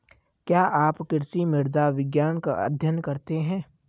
क्या आप कृषि मृदा विज्ञान का अध्ययन करते हैं?